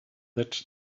that